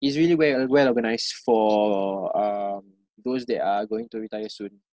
it's really well-or~ wel-organised for um those that are going to retire soon